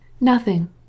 Nothing